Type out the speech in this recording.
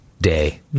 day